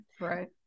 right